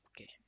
okay